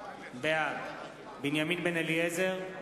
בעד בנימין בן-אליעזר,